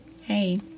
Hey